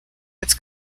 its